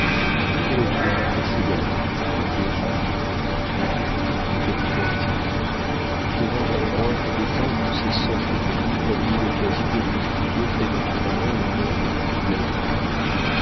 c'était la vie des marins célèbres les biographies des grands hommes des capitaines illustres trouvant dans les moindres détails de ces sortes de livres mille occasions de lui expliquer prématurément le monde et la vie